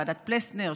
ועדת פלסנר,